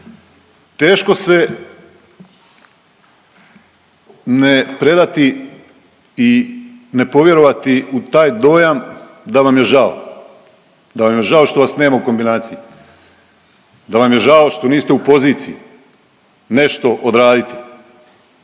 teško se ne predati i ne povjerovati u taj dojam da vam je žao, da vam je žao što vas nema u kombinaciji, da vam je žao što niste u poziciji nešto odraditi.